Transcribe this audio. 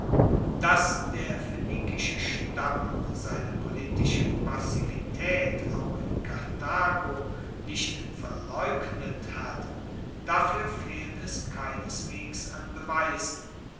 dass der phoenikische stamm seine politische passivitaet auch in karthago nicht verleugnet hat dafuer fehlt es keineswegs an beweisen